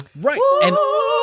Right